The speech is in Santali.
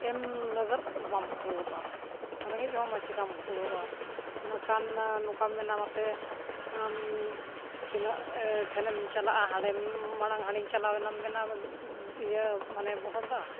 ᱮᱢ ᱞᱟᱹᱜᱤᱫ ᱵᱟᱢ ᱠᱩᱲᱟᱜᱼᱟ ᱨᱮᱸᱜᱮᱡ ᱦᱚᱲᱼᱢᱟ ᱪᱤᱠᱟᱹᱢ ᱠᱩᱲᱚᱜᱼᱟ ᱤᱱᱟᱹᱠᱷᱟᱱ ᱱᱚᱝᱠᱟᱢ ᱢᱮᱱᱟ ᱢᱟᱥᱮ ᱛᱤᱱᱟᱹᱜ ᱴᱷᱮᱱᱮᱢ ᱪᱟᱞᱟᱜᱼᱟ ᱦᱟᱸᱰᱮᱢ ᱢᱟᱲᱟᱝ ᱦᱟᱹᱲᱤᱧ ᱪᱟᱞᱟᱣ ᱮᱱᱟᱢ ᱢᱮᱱᱟ ᱤᱭᱟᱹ ᱢᱟᱱᱮ ᱵᱚᱦᱚᱲᱫᱟ